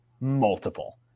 multiple